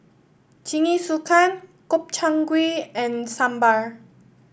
Jingisukan Gobchang Gui and Sambar